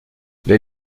les